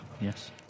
Yes